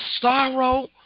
sorrow